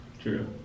True